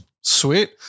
Sweet